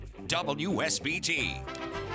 WSBT